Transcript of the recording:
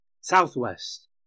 southwest